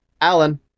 alan